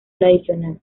tradicional